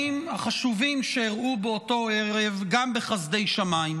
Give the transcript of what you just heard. החשובים שאירעו באותו ערב גם בחסדי שמיים,